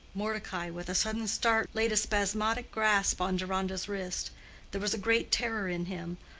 mordecai, with a sudden start, laid a spasmodic grasp on deronda's wrist there was a great terror in him.